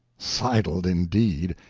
sidled, indeed!